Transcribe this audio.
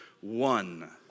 one